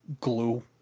glue